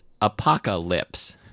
Apocalypse